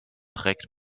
trägt